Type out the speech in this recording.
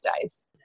days